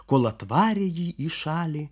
kol atvarė jį į šalį